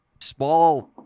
small